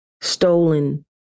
stolen